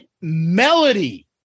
melody